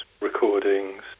recordings